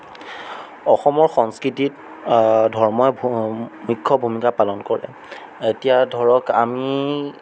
অসমৰ সংস্কৃতিত ধৰ্মই মুখ্য ভূমিকা পালন কৰে এতিয়া ধৰক আমি